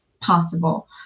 possible